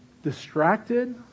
Distracted